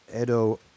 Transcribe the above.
Edo